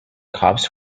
cops